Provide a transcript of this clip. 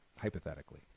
hypothetically